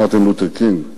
מרטין לותר קינג.